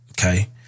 Okay